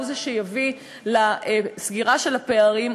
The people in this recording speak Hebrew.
הוא זה שיביא לסגירה של הפערים,